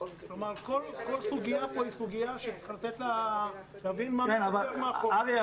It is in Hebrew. כלומר צריך להבין מה עומד מאחורי ההגדרה.